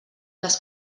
les